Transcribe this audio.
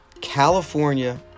California